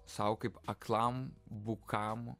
sau kaip aklam bukam